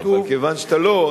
מכיוון שאתה לא,